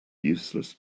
useless